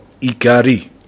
Ikari